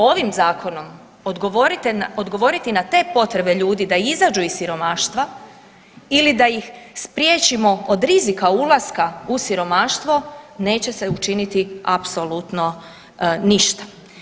Ovim zakonom odgovoriti na te potrebe ljudi da izađu iz siromaštva ili da ih spriječimo od rizika ulaska u siromaštvo neće se učiniti apsolutno ništa.